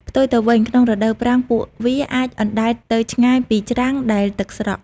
ផ្ទុយទៅវិញ ក្នុងរដូវប្រាំង ពួកវាអាចអណ្ដែតទៅឆ្ងាយពីច្រាំងដែលទឹកស្រក។